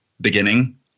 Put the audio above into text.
beginning